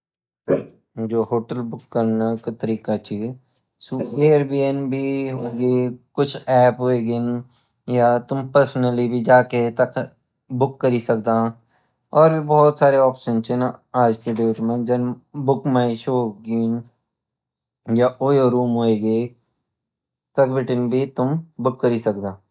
जो hotel book करने का तृका ची सु एयर बंब हुइगी कुछ एप्प होगीं या तुम पेर्सनली भी जाकै बुक कृ सकदा और भी भूत सरे ऑप्टिन ची जान बुकमीशो होगी या ोयोरूम हुइगी तख भीतीं भी तुम बुक कृ सकदा